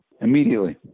immediately